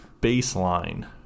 baseline